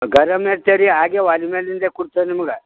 ಗರಮ್ ಇರ್ತೆ ರೀ ಹಾಗೆ ಒಲೆ ಮೇಲಿಂದೆ ಕೊಡ್ತೇವೆ ನಿಮ್ಗೆ